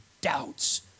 doubts